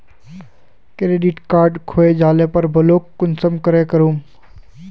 Credit card खोये जाले पर ब्लॉक कुंसम करे करूम?